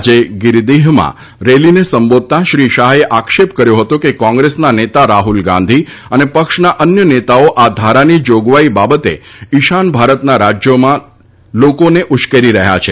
આજે ગિરીદીહમાં રેલીને સંબોધતા શ્રી શાહે આક્ષેપ કર્યો હતો કે કોંગ્રેસના નેતા રાહ્લ ગાંધી અને પક્ષના અન્ય નેતાઓ આ ધારાની જોગવાઇ બાબતે ઇશાન ભારતના રાજ્યોમાં લોકોને ઉશ્કેરી રહ્યા છે